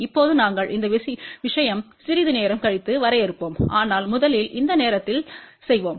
இப்போது நாங்கள் இந்த விஷயம் சிறிது நேரம் கழித்து வரையறுப்போம் ஆனால் முதலில் இந்த நேரத்தில் செய்வோம்